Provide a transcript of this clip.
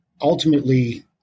ultimately